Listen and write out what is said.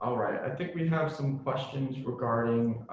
i think we have some questions regarding